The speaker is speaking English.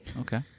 Okay